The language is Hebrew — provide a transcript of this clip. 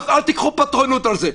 אל תיקחו פטרונות על זה.